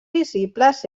visibles